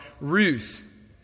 Ruth